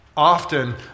Often